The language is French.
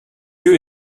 lieu